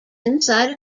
inside